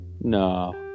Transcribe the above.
no